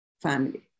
family